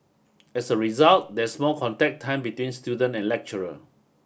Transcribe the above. as a result there's more contact time between student and lecturer